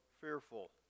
fearful